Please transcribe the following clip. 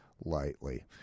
lightly